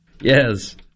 Yes